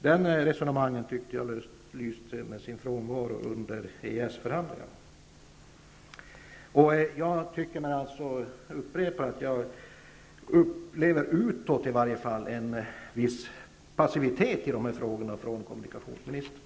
Den diskussionen lyste med sin frånvaro under EES-förhandlingarna. Jag upprepar att jag tycker mig -- åtminstone som det förefaller utåt -- uppleva en viss passivitet hos kommunikationsministern när det gäller de här frågorna.